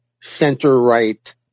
center-right